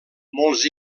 molts